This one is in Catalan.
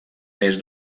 més